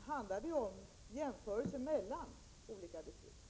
handlar om jämförelser mellan olika distrikt.